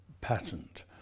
patent